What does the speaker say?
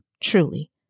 truly